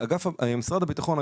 משרד הביטחון,